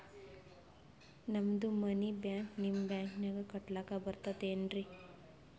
ನಮ್ದು ಮನಿ ಟ್ಯಾಕ್ಸ ನಿಮ್ಮ ಬ್ಯಾಂಕಿನಾಗ ಕಟ್ಲಾಕ ಬರ್ತದೇನ್ರಿ?